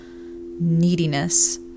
neediness